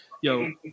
yo